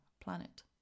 planet